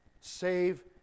Save